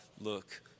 look